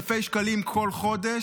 אלפי שקלים כל חודש,